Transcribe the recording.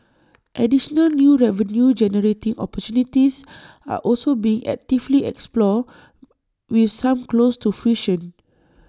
additional new revenue generating opportunities are also being actively explored with some close to fruition